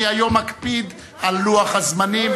אני היום אקפיד על לוח הזמנים,